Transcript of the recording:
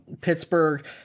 Pittsburgh